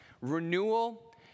renewal